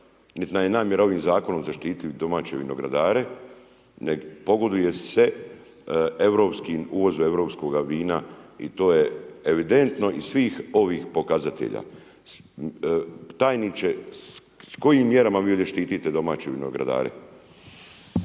namjera ovim zakonom zaštititi domaće vinogradare nego pogoduje se europskim, uvozu europskoga vina i to je evidentno iz svih ovih pokazatelja. Tajniče, s kojim mjerama vi ovdje štitite domaće vinogradare?